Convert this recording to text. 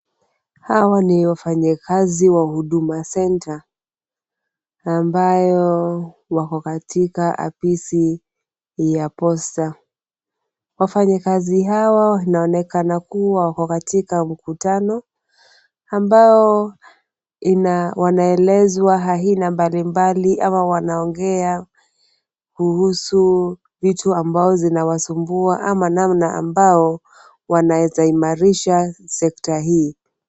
Hawa ni wafanyikazi wa Huduma Center ambao wako katika ofisi ya Posta. Wafanyikazi hawa wanaonekana kuwa katika mkutano ambao wanaelezwa aina mbalimbali ama wanaongea kuhusu vitu ambayo inawasumbua au namna ambayo wanaeza imarisha sekta hii.